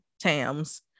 tam's